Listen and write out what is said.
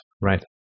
Right